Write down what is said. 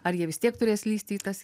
ar jie vis tiek turės lįsti į tas